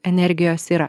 energijos yra